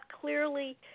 clearly